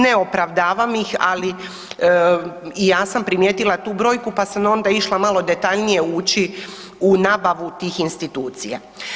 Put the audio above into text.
Ne opravdavam ih, ali i ja sam primijetila tu broju pa sam onda išla malo detaljnije ući u nabavu tih institucija.